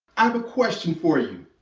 i have a question for you.